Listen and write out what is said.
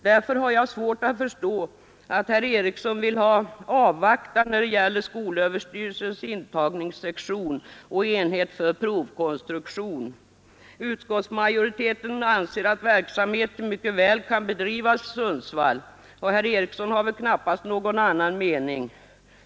Därför har jag svårt att förstå att herr Eriksson vill avvakta när det gäller skolöverstyrelsens intagningssektion och enhet för provkonstruktion. Utskottsmajoriteten anser att verksamheten mycket väl kan bedrivas i Sundsvall, och herr Eriksson har väl knappast någon annan mening.